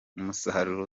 umusaruro